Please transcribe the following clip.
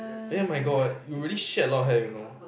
eh my god you really shed a lot of hair you know